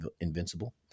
invincible